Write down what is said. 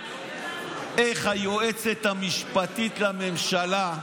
איך היועצת המשפטית לממשלה,